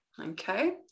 okay